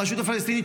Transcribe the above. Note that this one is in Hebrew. הרשות הפלסטינית,